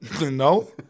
No